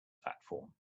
platform